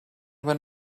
when